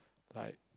like